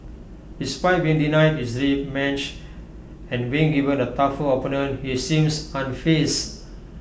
despite being denied his match and being given A tougher opponent he seems unfaze